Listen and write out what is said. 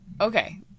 okay